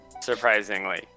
surprisingly